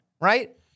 right